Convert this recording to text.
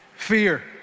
fear